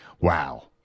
wow